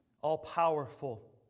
all-powerful